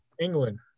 England